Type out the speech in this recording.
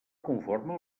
conforme